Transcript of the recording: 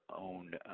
own